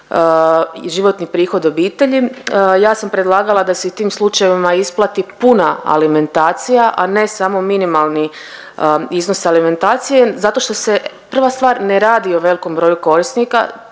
životni prihod obitelji. Ja sam predlagala da se u tim slučajevima isplati puna alimentacija, a ne samo minimalni iznos alimentacije zato što se prva stvar ne radi o velikom broju korisnika.